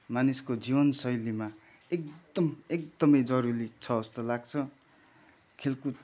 मानिसको जीवनशैलीमा एकदम एकदमै जरुरी छ जस्तो लाग्छ खेलकुद